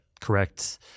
correct